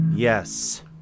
Yes